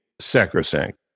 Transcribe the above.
sacrosanct